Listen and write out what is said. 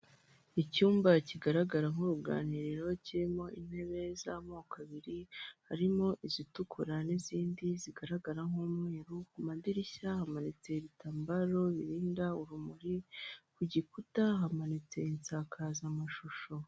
Icyumba kigaragara nk'uruganiriro kirimo intebe z'amoko abiri harimo izitukura n'izindi zigaragara nk'umweru, ku madirishya hamanitse ibitambaro birinda urumuri ku gikuta hamanitse insakazamashusho.